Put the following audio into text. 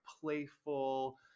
playful